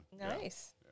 Nice